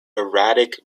erratic